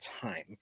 time